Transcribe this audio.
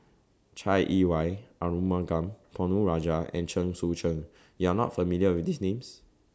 Chai Yee Wei Arumugam Ponnu Rajah and Chen Sucheng YOU Are not familiar with These Names